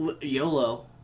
YOLO